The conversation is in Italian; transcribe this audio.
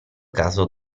caso